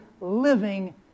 living